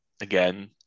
Again